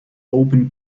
open